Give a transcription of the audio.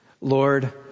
Lord